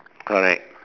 correct